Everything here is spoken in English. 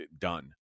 done